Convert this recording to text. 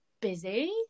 Busy